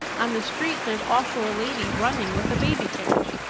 on the street there's also a lady running with a baby carriage.